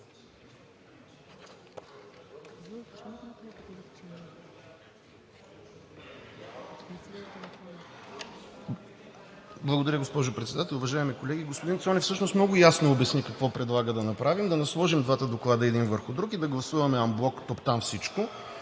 Благодаря госпожо Председател. Уважаеми колеги! Господин Цонев много ясно обясни какво предлага да направим – да насложим двата доклада един върху друг, и да гласуваме анблок тук-там всичко,